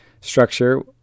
structure